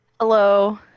Hello